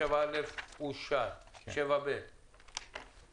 הצבעה התקנה